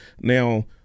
now